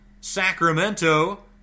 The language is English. Sacramento